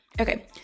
Okay